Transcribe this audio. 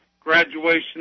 graduation